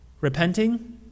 repenting